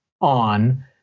on